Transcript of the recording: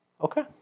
Okay